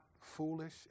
foolish